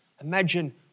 imagine